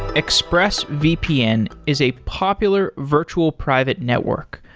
expressvpn is a popular virtual private network.